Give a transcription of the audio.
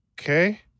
Okay